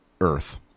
earth